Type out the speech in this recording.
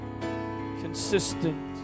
consistent